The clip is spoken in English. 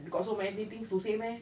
got so many things to say meh